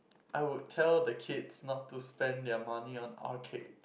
I would tell the kids not to spend their money on arcade